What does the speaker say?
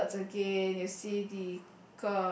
skirts again you see the